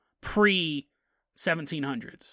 pre-1700s